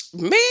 Man